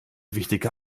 wichtige